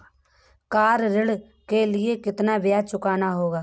Car ऋण के लिए कितना ब्याज चुकाना होगा?